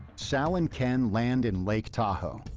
sal and ken land in lake tahoe,